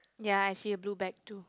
ya I see a blue bag too